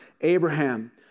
Abraham